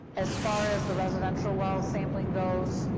as far as the residential well sampling goes, you